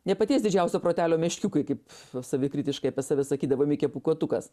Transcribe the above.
ne paties didžiausio protelio meškiukai kaip savikritiškai apie save sakydavo mikė pūkuotukas